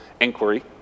inquiry